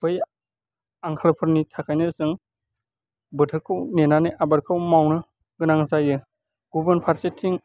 बै आंखालफोरनि थाखायनो जों बोथोरखौ नेनानै आबादखौ मावनो गोनां जायो गुबुन फारसेथिं